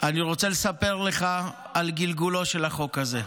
אני רוצה לספר לך על גלגולו של החוק הזה.